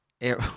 Air